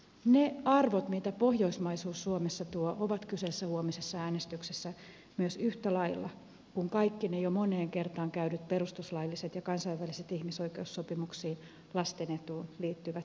ne arvot mitä pohjoismaisuus suomeen tuo ovat kyseessä huomisessa äänestyksessä yhtä lailla kuin kaikki ne jo moneen kertaan käydyt perustuslailliset ja kansainväliset ihmisoikeussopimuksiin lasten etuun liittyvät seikat